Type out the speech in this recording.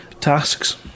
tasks